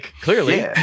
clearly